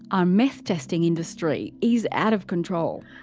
our meth testing industry is out of control.